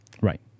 Right